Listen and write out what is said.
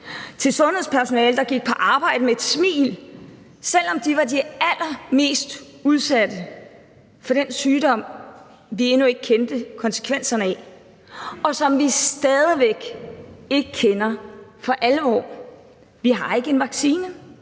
til sundhedspersonalet, der gik på arbejde med et smil, selv om de var de allermest udsatte for den sygdom, vi endnu ikke kendte konsekvenserne af, og som vi stadig væk ikke kender for alvor. Vi har ikke en vaccine.